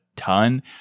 Ton